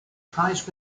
prize